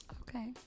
Okay